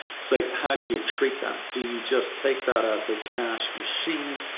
so how do you treat that? do you just take that as a cash machine?